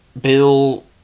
Bill